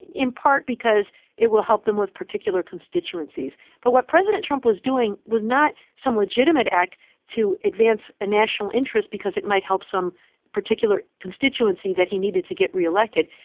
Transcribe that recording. in part because it will help them with particular constituencies. but what president trump was doing was not some legitimate act to advance a national interest because it might help some particular constituency that he needed to get re-elected.